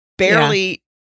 Barely